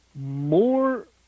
more